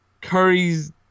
Curry's